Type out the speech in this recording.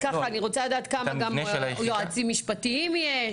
אני גם רוצה לדעת כמה יועצים משפטיים יש.